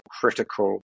critical